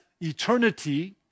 eternity